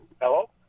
Hello